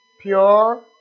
pure